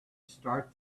start